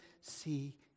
see